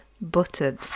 buttered